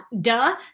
duh